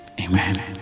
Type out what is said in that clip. Amen